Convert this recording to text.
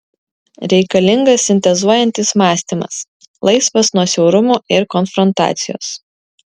reikalingas sintezuojantis mąstymas laisvas nuo siaurumo ir konfrontacijos